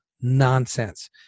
Nonsense